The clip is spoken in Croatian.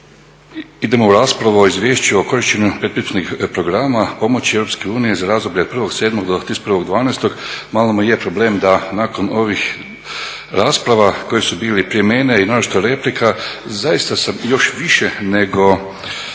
idemo u raspravu o izvješću o korištenju … programa pomoći EU za razdoblje od 01.07. do 31.12., malo mi je problem da nakon ovih rasprava koje su bile prije mene i mnoštvo replika, zaista sam još više nego